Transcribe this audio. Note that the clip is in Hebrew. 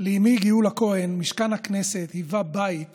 לאימי גאולה כהן משכן הכנסת היווה בית